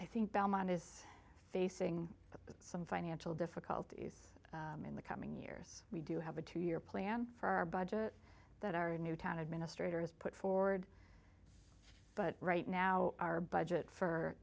i think belmont is facing some financial difficulties in the coming years we do have a two year plan for our budget that are in newtown administrator has put forward but right now our budget for